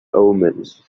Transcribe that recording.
omens